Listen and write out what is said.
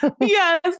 Yes